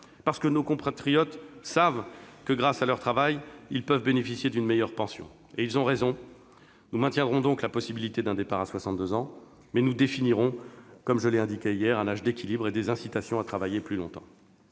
parce que nos compatriotes savent que, grâce à leur travail, ils peuvent bénéficier d'une meilleure pension. Ils ont raison. Nous maintiendrons la possibilité d'un départ à 62 ans, mais nous définirons un âge d'équilibre et des incitations à travailler plus longtemps.